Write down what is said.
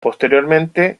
posteriormente